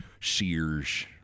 Sears